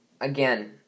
again